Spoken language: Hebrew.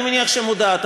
אני מניח שאת מודעת,